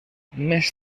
més